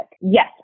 Yes